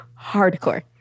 Hardcore